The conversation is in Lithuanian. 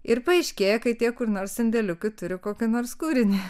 ir paaiškėja kad tie kur nors sandėliuke turi kokį nors kūrinį